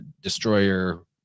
destroyer